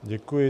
Děkuji.